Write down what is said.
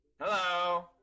Hello